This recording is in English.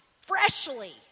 freshly